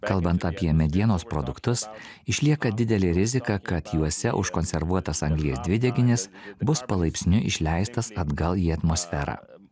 kalbant apie medienos produktus išlieka didelė rizika kad juose užkonservuotas anglies dvideginis bus palaipsniui išleistas atgal į atmosferą